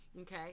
okay